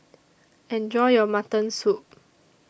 Enjoy your Mutton Soup